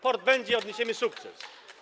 Port będzie, odniesiemy sukces.